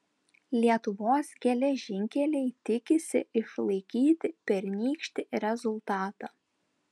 lietuvos geležinkeliai tikisi išlaikyti pernykštį rezultatą